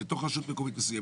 בתוך רשות מסוימת,